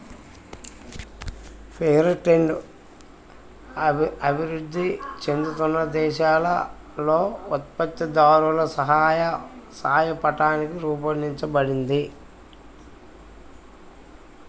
fair trade అభివృద్ధి చెందుతున్న దేశాలలో ఉత్పత్తిదారులకు సాయపట్టానికి రూపొందించబడింది